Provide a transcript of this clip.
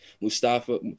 Mustafa